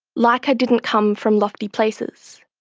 laika didn't come from lofty places.